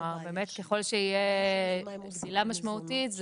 באמת ככל שיהיה פסילה משמעותית,